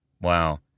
Wow